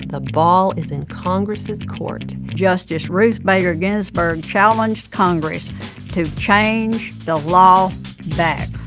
the ball is in congress's court. justice ruth bader ginsburg challenged congress to change the law back.